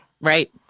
Right